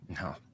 No